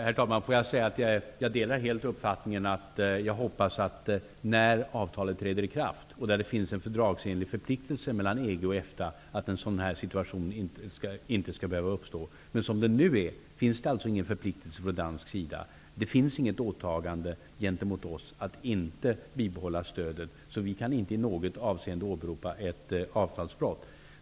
Herr talman! Jag hoppas att en sådan här situation inte skall behöva uppstå efter det att avtalet har trätt i kraft och det därmed finns en fördragsenlig förpliktelse mellan EG och EFTA. Som det nu är finns det alltså ingen förpliktelse från dansk sida. Det finns inget åtagande gentemot oss att inte bibehålla stödet. Så vi kan inte i något avseende åberopa ett avtalsbrott.